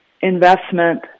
investment